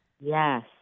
Yes